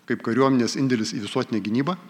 kaip kariuomenės indėlis į visuotinę gynybą